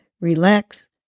relax